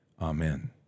Amen